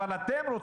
ויש לי ביקורת עליה.